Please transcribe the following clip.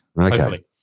Okay